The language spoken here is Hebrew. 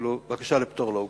אפילו בקשה לפטור לא הוגשה.